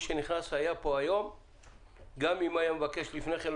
ונכנסו היו מבקשים להיכנס לפני כן,